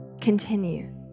continue